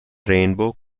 rainbow